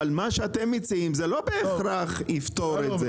אבל מה שאתם מציעים זה לא בהכרח יפתור את זה.